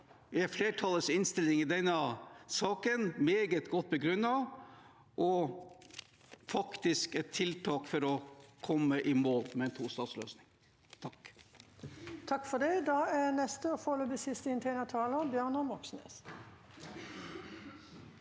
er flertallets innstilling i denne saken meget godt begrunnet og faktisk et tiltak for å komme i mål med en tostatsløsning.